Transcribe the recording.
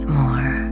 more